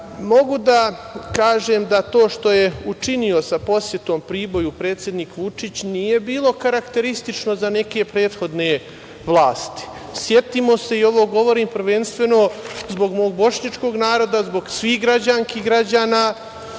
da kažem da to što je učinio sa posetom Priboju, predsednik Vučić, nije bilo karakteristično za neke prethodne vlasti. Setimo se, i ovo govorim prvenstveno zbog mog bošnjačkog naroda, zbog svih građanki i građana